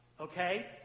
Okay